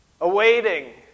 awaiting